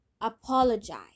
apologize